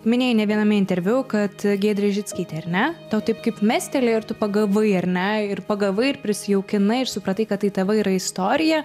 minėjai nė viename interviu kad giedrė žickytė ar ne tau taip kaip mestelėjo ir tu pagavai ar ne ir pagavai ir prisijaukinai ir supratai kad tai tava yra istorija